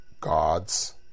God's